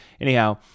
Anyhow